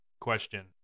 question